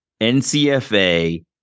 NCFA